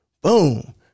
Boom